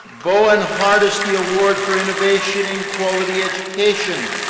bowen hart is the award for innovation in quality education.